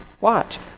Watch